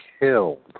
killed